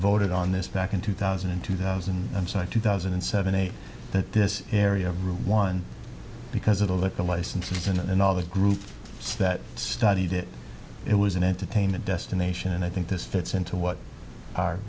voted on this back in two thousand in two thousand and seven two thousand and seven eight that this area of room one because of the liquor licenses and another group that studied it it was an entertainment destination and i think this fits into what our